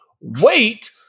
wait